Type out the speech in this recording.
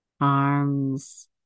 arms